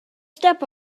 step